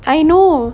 I know